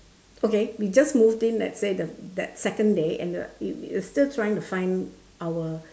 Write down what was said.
okay we just moved in let's say the that second day and the we we were still trying to find our